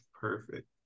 perfect